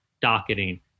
docketing